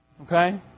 Okay